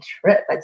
trip